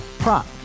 Prop